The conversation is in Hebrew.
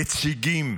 נציגים